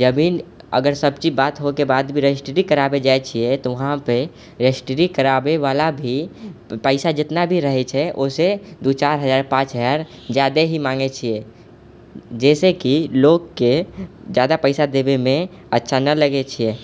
जमीन अगर सब चीज बात होके बाद भी रजिस्ट्री करावे जाइ छियै तऽ उहापर रजिस्ट्री करावेवला भी पैसा जेतना भी रहै छै ओसे दू चारि हजार पाँच हजार जादेही ही माँगे छियै जाहिसँ कि लोगके जादा पैसा देवेमे अच्छा नहि लगै छियै